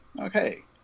okay